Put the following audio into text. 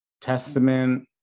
Testament